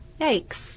Yikes